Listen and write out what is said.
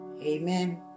Amen